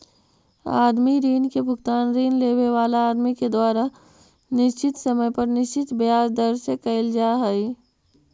आदमी ऋण के भुगतान ऋण लेवे वाला आदमी के द्वारा निश्चित समय पर निश्चित ब्याज दर से कईल जा हई